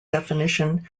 definition